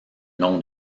nom